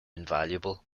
invaluable